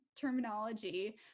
terminology